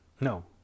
No